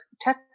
tech